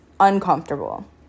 uncomfortable